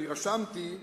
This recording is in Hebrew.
אני רשמתי: